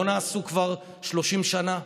לא נעשו כבר 30 שנה,